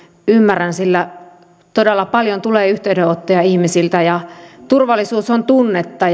ymmärrän sillä todella paljon tulee yhteydenottoja ihmisiltä turvallisuus on tunnetta